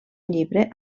llibre